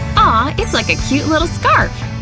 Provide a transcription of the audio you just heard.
ah it's like a little scarf!